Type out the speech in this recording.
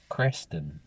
Creston